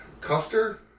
Custer